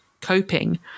coping